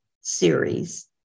series